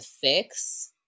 fix